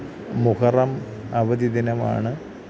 മുഹറം അവധി ദിനമാണ്